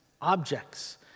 objects